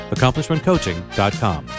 AccomplishmentCoaching.com